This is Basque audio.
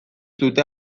dute